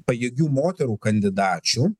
pajėgių moterų kandidačių